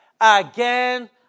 again